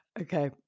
Okay